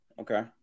Okay